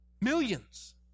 millions